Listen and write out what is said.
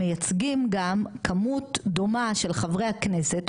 מייצגים גם כמות דומה של חברי הכנסת,